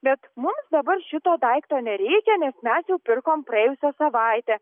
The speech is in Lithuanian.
bet mums dabar šito daikto nereikia nes mes jau pirkom praėjusią savaitę